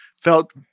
felt